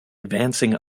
advancing